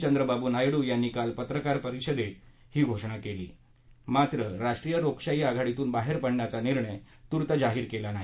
चंद्राबाबू नायडु यांनी काल पत्रकार परिषदेत घेऊन ही घोषणा केली मात्र राष्ट्रीय लोकशाही आघाडीतून बाहेर पडण्याचा निर्णय तूर्त जाहीर केला नाही